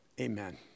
Amen